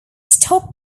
stock